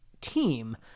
team